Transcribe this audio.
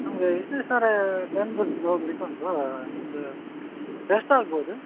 ನಮಗೆ ವಿಶ್ವೇಶ್ವರ ಟೆಂಪಲ್ಸಿಗೆ ಹೋಗ್ಲಿಕ್ ಉಂಟು ನಿಮ್ಮದು ಎಷ್ಟು ಆಗ್ಬೋದು